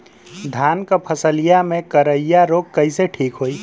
धान क फसलिया मे करईया रोग कईसे ठीक होई?